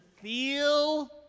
feel